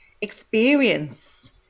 experience